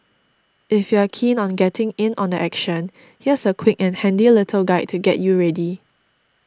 if you're keen on getting in on the action here's a quick and handy little guide to get you ready